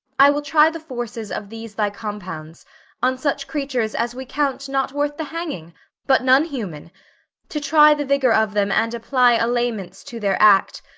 i will try the forces of these thy compounds on such creatures as we count not worth the hanging but none human to try the vigour of them, and apply allayments to their act,